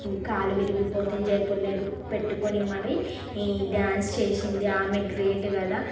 కాలు విరిగిపోతే జైపూర్ లెగ్ పెట్టుకుని మరీ ఈ డాన్స్ చేసింది ఆమె గ్రేట్ కదా